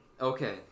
Okay